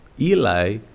eli